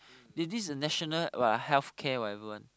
they've this national what ah healthcare whatever one